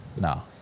No